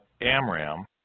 Amram